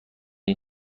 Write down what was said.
این